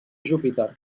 júpiter